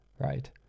right